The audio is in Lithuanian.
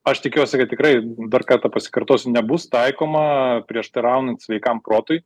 aš tikiuosi kad tikrai dar kartą pasikartosiu nebus taikoma prieštaraujant sveikam protui